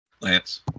Lance